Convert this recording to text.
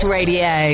Radio